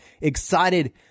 excited